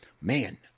man